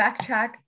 backtrack